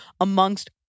amongst